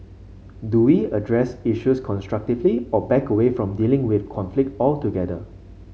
do we address issues constructively or back away from dealing with conflict altogether